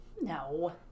No